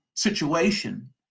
Situation